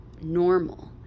normal